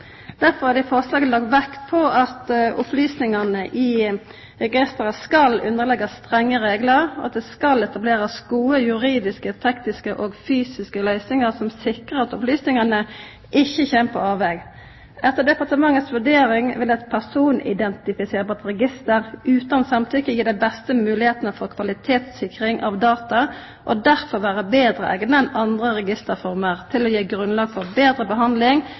Derfor er det i forslaget lagt vekt på at opplysningane i registeret skal underleggjast strenge reglar, og at det skal etablerast gode juridiske, tekniske og fysiske løysingar som sikrar at opplysningane ikkje kjem på avvegar. Etter departementet si vurdering vil eit personidentifiserande register utan samtykke gi dei beste moglegheitene for kvalitetssikring av data og derfor vera betre eigna enn andre registerformer til å gi grunnlag for betre behandling